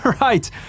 Right